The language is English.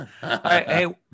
hey